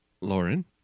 Lauren